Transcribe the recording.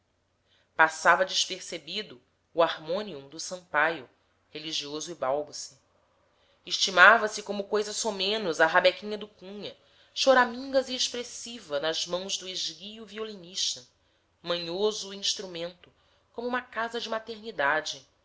passava despercebido o harmonium do sampaio religioso e bálbuce estimava se como coisa somenos a rabequinha do cunha choramingas e expressiva nas mãos do esguio violinista manhoso o instrumento como uma casa de maternidade